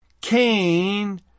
Cain